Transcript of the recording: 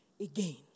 again